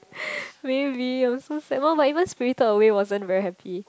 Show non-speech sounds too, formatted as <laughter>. <breath> maybe I was so sad !wah! but even Spirited Away wasn't very happy